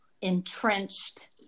entrenched